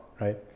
right